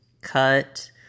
cut